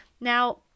Now